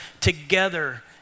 together